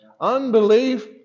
Unbelief